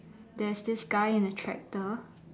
there's this guy in a tractor